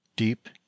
Deep